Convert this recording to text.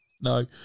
no